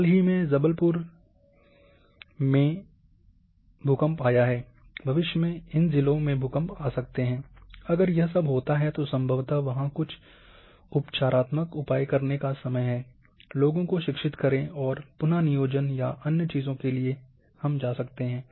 हाल ही में 1997 जबलपुर में भूकंप आया है भविष्य में इन जिलों में भूकंप आ सकते हैं अगर यह सब होता है तो संभवत वहां कुछ उपचारात्मक उपाय करने का समय है लोगों को शिक्षित करें और पुनः संयोजन या अन्य चीजों के लिए जा सकते हैं